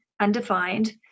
undefined